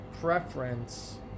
preference